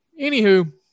Anywho